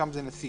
שם זה נשיא.